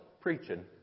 preaching